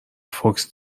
فوکس